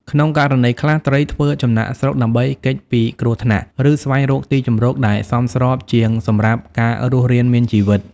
ក្នុងករណីខ្លះ ត្រីធ្វើចំណាកស្រុកដើម្បីគេចពីគ្រោះថ្នាក់ ឬស្វែងរកទីជម្រកដែលសមស្របជាងសម្រាប់ការរស់រានមានជីវិត។